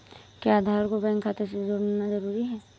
क्या आधार को बैंक खाते से जोड़ना जरूरी है?